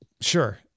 Sure